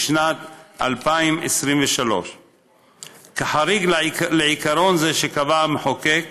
בשנת 2023. כחריג לעיקרון זה, שקבע המחוקק,